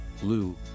blue